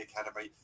Academy